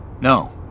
No